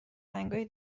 رنگای